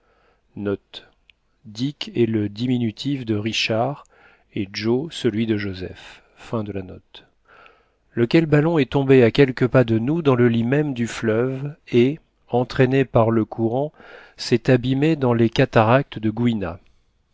le diminutif de richard et joe celui de joseph lequel ballon est tombé à quelques pas de nous dans le lit même du fleuve et entraîné par le courant s'est abîmé dans les cataractes de gouina